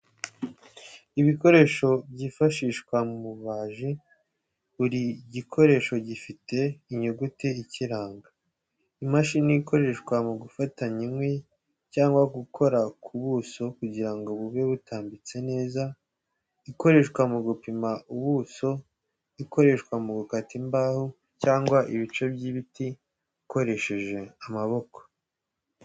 Ibikoresho byifashishwa mu bubaji. Buri gikoresho gifite inyuguti ikiranga, imashini ikoreshwa mu gufatanya inkwi cyangwa gukora ku buso kugira ngo bube butambitse neza. Ikoreshwa mu gupima ko ubuso, ikoreshwa mu gukata imbaho cyangwa ibice by'ibiti ukoresheje amaboko.